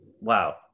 wow